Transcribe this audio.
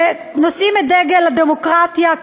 ונושאים את דגל הדמוקרטיה,